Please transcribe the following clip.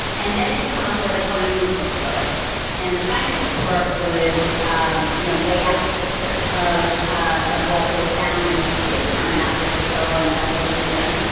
and then would come up with a findings report and the findings report would um you know lay out the picture of ah of what was found in this police department after this thorough investigation.